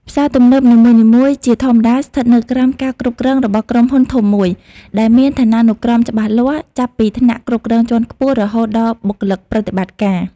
ផ្សារទំនើបនីមួយៗ ជាធម្មតាស្ថិតនៅក្រោមការគ្រប់គ្រងរបស់ក្រុមហ៊ុនធំមួយ ដែលមានឋានានុក្រមច្បាស់លាស់ ចាប់ពីថ្នាក់គ្រប់គ្រងជាន់ខ្ពស់ រហូតដល់បុគ្គលិកប្រតិបត្តិការ។